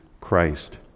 Christ